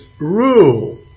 rule